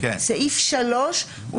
לעומת סעיף 3,